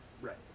Right